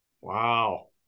Wow